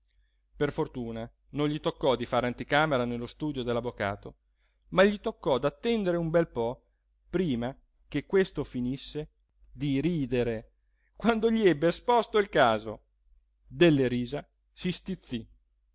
per fortuna non gli toccò di fare anticamera nello studio dell'avvocato ma gli toccò d'attendere un bel po prima che questo finisse di ridere quando gli ebbe esposto il caso delle risa si stizzì